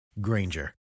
Granger